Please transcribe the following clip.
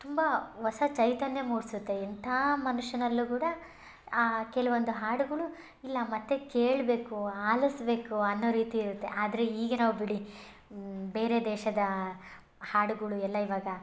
ತುಂಬ ಹೊಸ ಚೈತನ್ಯ ಮೂಡ್ಸುತ್ತೆ ಎಂಥ ಮನುಷ್ಯನಲ್ಲು ಕೂಡ ಆ ಕೆಲವೊಂದು ಹಾಡುಗಳು ಇಲ್ಲ ಮತ್ತೆ ಕೇಳಬೇಕು ಆಲಿಸ್ಬೇಕು ಅನ್ನೋ ರೀತಿ ಇರುತ್ತೆ ಆದರೆ ಈಗಿನವು ಬಿಡಿ ಬೇರೆ ದೇಶದ ಹಾಡುಗಳು ಎಲ್ಲ ಇವಾಗ